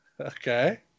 Okay